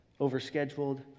overscheduled